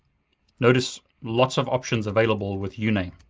notice lots of options available with yeah uname.